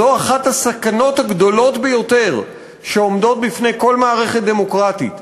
זו אחת הסכנות הגדולות ביותר שעומדות בפני כל מערכת דמוקרטית.